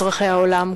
אזרחי העולם,